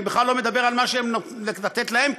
אני בכלל לא מדבר על לתת להם,